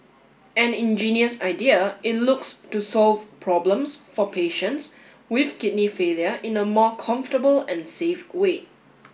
an ingenious idea it looks to solve problems for patients with kidney failure in a more comfortable and safe way